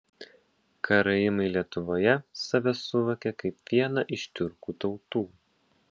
karaimai lietuvoje save suvokia kaip vieną iš tiurkų tautų